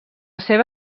seva